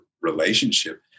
relationship